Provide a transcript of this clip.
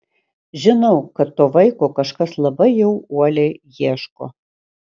žinau kad to vaiko kažkas labai jau uoliai ieško